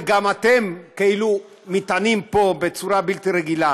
וגם אתם כאילו מתענים פה בצורה בלתי רגילה: